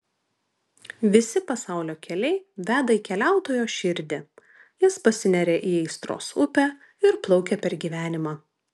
visi pasaulio keliai veda į keliautojo širdį jis pasineria į aistros upę ir plaukia per gyvenimą